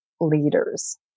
leaders